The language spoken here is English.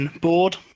board